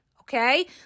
Okay